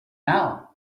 now